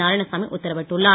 நாராயணசாமி உத்தரவிட்டுள்ளார்